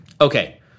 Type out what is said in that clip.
okay